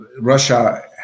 Russia